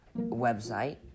website